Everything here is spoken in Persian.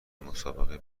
مسابقه